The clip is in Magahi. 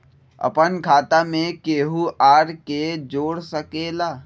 अपन खाता मे केहु आर के जोड़ सके ला?